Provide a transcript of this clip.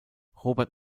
robert